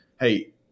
Hey